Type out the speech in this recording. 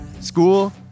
School